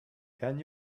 can